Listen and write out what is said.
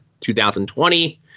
2020